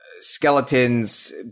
Skeletons